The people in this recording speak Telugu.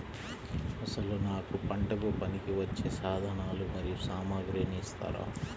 అసలు నాకు పంటకు పనికివచ్చే సాధనాలు మరియు సామగ్రిని ఇస్తారా?